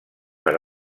per